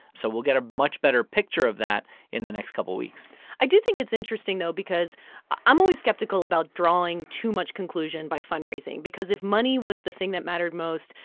so we'll get a much better picture of that in the next couple weeks i do think it's interesting, though, because i'm always skeptical about drawing too much conclusion by fundraising because if money was the thing that mattered most,